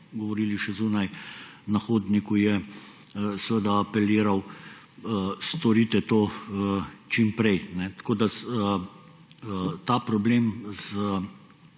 govorili še zunaj na hodniku, je seveda apeliral: storite to čim prej. Tako ta problem z